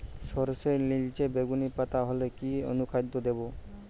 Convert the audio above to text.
সরর্ষের নিলচে বেগুনি পাতা হলে কি অনুখাদ্য দেবো?